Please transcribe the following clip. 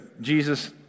Jesus